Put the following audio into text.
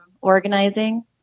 organizing